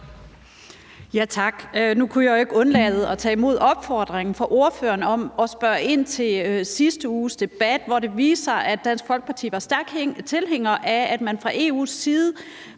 (M): Tak. Nu kunne jeg jo ikke undlade at tage imod opfordringen fra ordføreren om at spørge ind til sidste uges debat, hvor det viste sig, at Dansk Folkeparti var stærke tilhængere af, at man fra EU's side